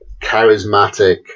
charismatic